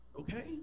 okay